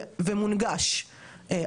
זכותונים זה נחמד אבל זה לא מספיק,